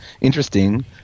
interesting